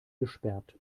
gesperrt